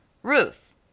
Ruth